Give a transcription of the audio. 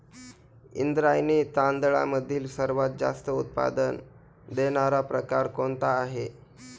इंद्रायणी तांदळामधील सर्वात जास्त उत्पादन देणारा प्रकार कोणता आहे?